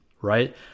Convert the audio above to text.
right